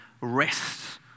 rest